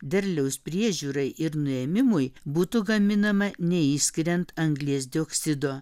derliaus priežiūrai ir nuėmimui būtų gaminama neišskiriant anglies dioksido